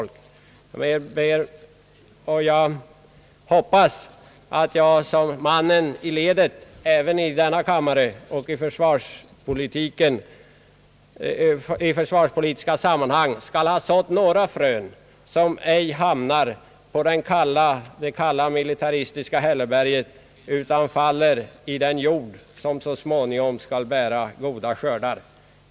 Med detta får jag hoppas att jag som mannen i ledet — även i denna kammare — skall ha sått några frön som ej hamnar på det kalla militaristiska hälleberget utan faller på den jord som så småningom skall bära goda skördar.